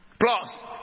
plus